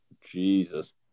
Jesus